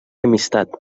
amistat